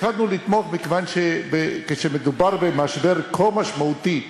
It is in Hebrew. החלטנו לתמוך מכיוון שכשמדובר במשבר כה משמעותי,